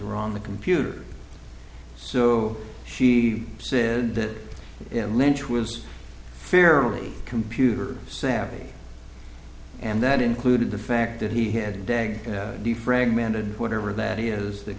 are on the computer so she said that lynch was fairly computer savvy and that included the fact that he had dag defragmented whatever that is th